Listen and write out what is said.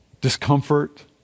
discomfort